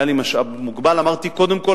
היה לי משאב מוגבל, ואמרתי: קודם כול